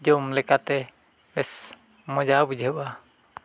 ᱡᱚᱢ ᱞᱮᱠᱟᱛᱮ ᱵᱮᱥ ᱢᱚᱡᱟ ᱵᱩᱡᱷᱟᱹᱜᱼᱟ